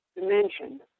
dimension